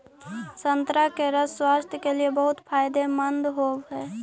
संतरा के रस स्वास्थ्य के लिए बहुत फायदेमंद होवऽ हइ